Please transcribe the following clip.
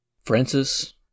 Francis